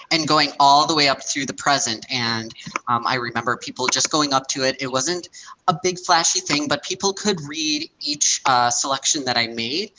and going all the way up through the present and um i remember people just going up to it. it wasn't a big flashy thing, but people could read each selection that i made,